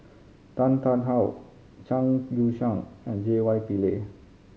Tan Tarn How Zhang Youshuo and J Y Pillay